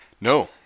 No